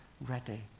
ready